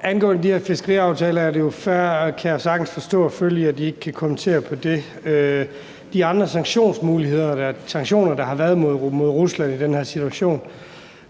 Angående de her fiskeriaftaler kan jeg sagtens forstå og følge Færøerne i, at man ikke kan kommentere på det og de andre sanktionsmuligheder og sanktioner, der har været mod Rusland i den her situation.